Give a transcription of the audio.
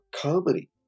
comedy